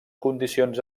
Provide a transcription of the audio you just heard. condicions